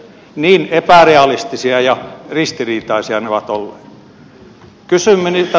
niin epärealistisia ja ristiriitaisia ne ovat olleet